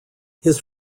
his